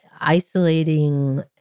isolating